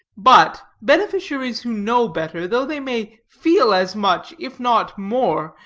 but, beneficiaries who know better, though they may feel as much, if not more,